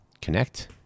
connect